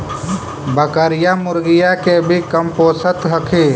बकरीया, मुर्गीया के भी कमपोसत हखिन?